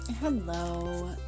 Hello